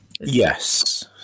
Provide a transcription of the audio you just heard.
yes